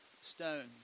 stones